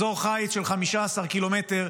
אזור חיץ של 15 ק"מ,